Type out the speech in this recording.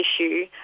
issue